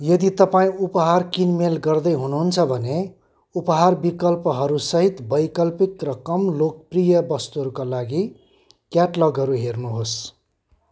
यदि तपाईँँ उपहार किनमेल गर्दै हुनुहुन्छ भने उपहार विकल्पहरूसहित वैकल्पिक र कम लोकप्रिय वस्तुहरूका लागि क्याटलगहरू हेर्नुहोस्